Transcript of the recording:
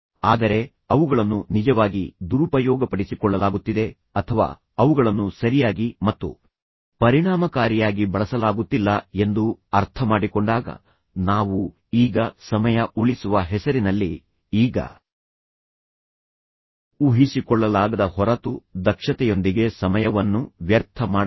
ಆದರೆ ಅವುಗಳನ್ನು ನಿಜವಾಗಿ ದುರುಪಯೋಗಪಡಿಸಿಕೊಳ್ಳಲಾಗುತ್ತಿದೆ ಅಥವಾ ಅವುಗಳನ್ನು ಸರಿಯಾಗಿ ಮತ್ತು ಪರಿಣಾಮಕಾರಿಯಾಗಿ ಬಳಸಲಾಗುತ್ತಿಲ್ಲ ಎಂದು ಅರ್ಥಮಾಡಿಕೊಂಡಾಗ ನಾವು ಈಗ ಸಮಯ ಉಳಿಸುವ ಹೆಸರಿನಲ್ಲಿ ಈಗ ಊಹಿಸಿಕೊಳ್ಳಲಾಗದ ಹೊರತು ದಕ್ಷತೆಯೊಂದಿಗೆ ಸಮಯವನ್ನು ವ್ಯರ್ಥ ಮಾಡಬಹುದು